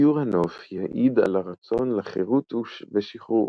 ציור הנוף העיד על הרצון לחירות ושחרור,